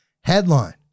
Headline